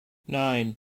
nine